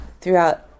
throughout